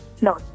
No